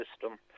system